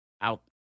out